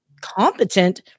competent